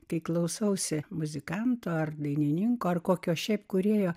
kai klausausi muzikanto ar dainininko ar kokio šiaip kūrėjo